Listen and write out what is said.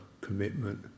commitment